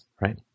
Right